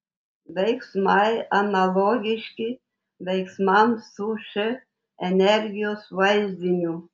veiksmai analogiški veiksmams su š energijos vaizdiniu